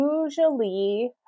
usually